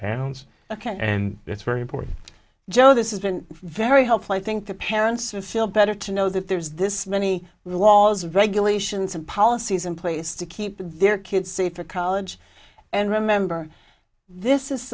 towns ok and it's very important joe this is been very helpful i think the pair answers feel better to know that there's this many laws regulations and policies in place to keep their kids safe for college and remember this is